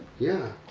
yeah,